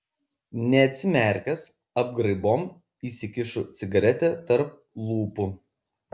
neatsimerkęs apgraibom įsikišu cigaretę tarp lūpų